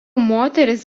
moterys